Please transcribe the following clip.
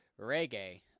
Reggae